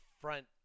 front